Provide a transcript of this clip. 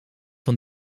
van